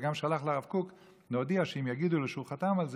וגם שלח לרב קוק להודיע שאם יגידו לו שהוא חתם על זה,